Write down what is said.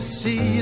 see